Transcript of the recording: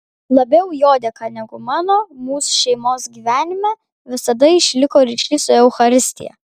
labiau jo dėka negu mano mūsų šeimos gyvenime visada išliko ryšys su eucharistija